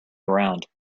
around